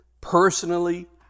personally